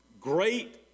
great